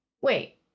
Wait